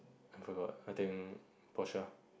I forgot I think Porsche